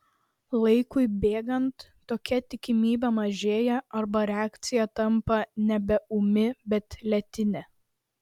laikui bėgant tokia tikimybė mažėja arba reakcija tampa nebe ūmi bet lėtinė